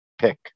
pick